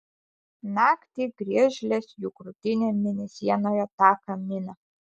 naktį griežlės jų krūtinėm mėnesienoje taką mina